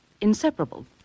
Inseparable